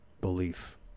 belief